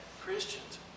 Christians